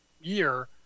year